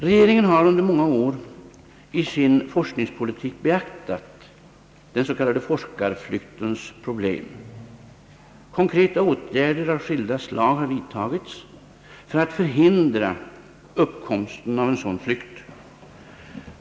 Regeringen har under många år i sin forskningspolitik beaktat den s.k. forskarflyktens problem. Konkreta åtgärder av skilda slag har vidtagits för att förhindra uppkomsten av sådan flykt.